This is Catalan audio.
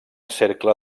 cercle